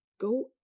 Go